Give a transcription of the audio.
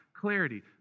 clarity